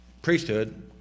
priesthood